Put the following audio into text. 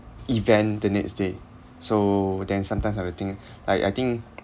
event the next day so then sometimes I will think like I think